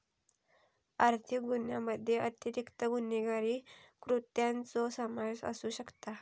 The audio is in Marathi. आर्थिक गुन्ह्यामध्ये अतिरिक्त गुन्हेगारी कृत्यांचो समावेश असू शकता